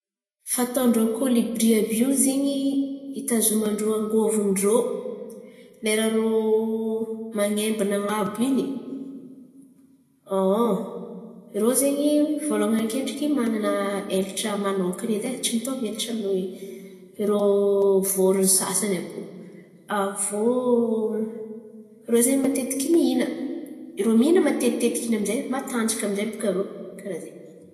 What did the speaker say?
Fataon'irô kôlibria, àby io zen̈y, hitazoman-drô angovo ndrô lera reo man̈embana an̈abo in̈y. Irô zen̈y voalohan̈y ankendriky man̈ana elatra manokan̈a edy e. Tsy mitovy elatra amin'rô vôrono sasan̈y àby io. Avy iô irô zen̈y matetiky mihina, irô mihina matetitetika in̈y amin'zay matanjaka amin'zay bakà irô.